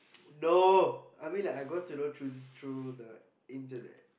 no I mean like I got to know through through the internet